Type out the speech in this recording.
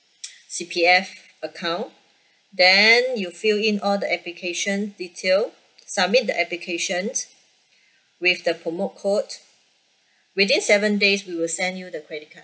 C_P_F account then you fill in all the application detail submit the application with the promo code within seven days we will send you the credit card